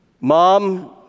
Mom